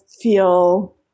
feel